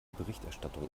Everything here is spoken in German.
berichterstattung